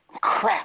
Crap